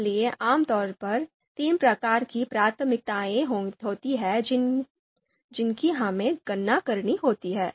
इसलिए आमतौर पर तीन प्रकार की प्राथमिकताएँ होती हैं जिनकी हमें गणना करनी होती है